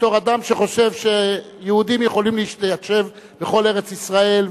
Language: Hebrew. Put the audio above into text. בתור אדם שחושב שיהודים יכולים להתיישב בכל ארץ-ישראל,